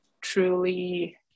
truly